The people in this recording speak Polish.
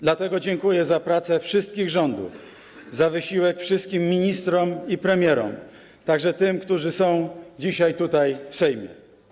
Dlatego dziękuję za pracę wszystkich rządów, za wysiłek wszystkim ministrom i premierom, także tym, którzy są dzisiaj tutaj, w Sejmie.